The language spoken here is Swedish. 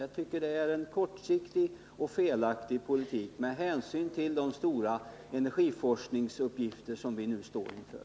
Jag tycker att detta är en kortsiktig och felaktig politik med hänsyn till de stora energiforskningsuppgifter som vi nu står inför.